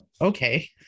Okay